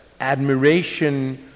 admiration